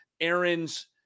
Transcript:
Aaron's